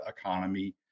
economy